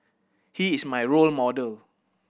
he is my role model